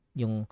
yung